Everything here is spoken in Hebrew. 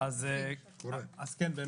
קודם כל מה